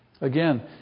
Again